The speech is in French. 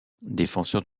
défenseurs